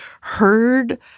heard